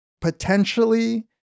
potentially